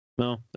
No